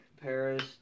Paris